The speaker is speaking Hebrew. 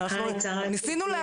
אומנם כולם דיברו על כך אבל חשוב לי גם